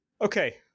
okay